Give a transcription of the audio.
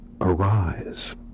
Arise